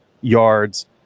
yards